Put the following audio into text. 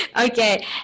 okay